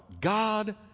God